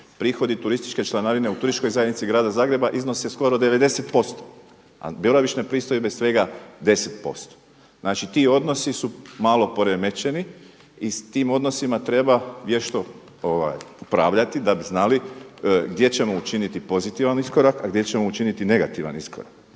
Prihodi turističke članarine u Turističkoj zajednici Grada Zagreba iznosi skoro 90 posto, a boravišne pristojbe svega 10 posto. Znači, ti odnosi su malo poremećeni i s tim odnosima treba vješto upravljati da bi znali gdje ćemo učiniti pozitivan iskorak, a gdje ćemo učiniti negativan iskorak